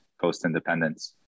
post-independence